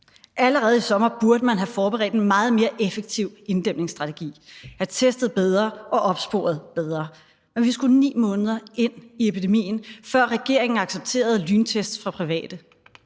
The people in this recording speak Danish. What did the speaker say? Allerede i sommer burde man have forberedt en meget mere effektiv inddæmningsstrategi, have testet bedre og opsporet bedre. Men vi skulle 9 måneder ind i epidemien, før regeringen accepterede lyntest fra private.